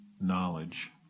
knowledge